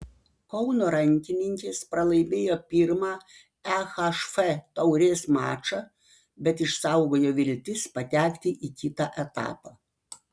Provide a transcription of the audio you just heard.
kauno rankininkės pralaimėjo pirmą ehf taurės mačą bet išsaugojo viltis patekti į kitą etapą